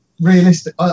realistic